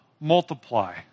multiply